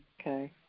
Okay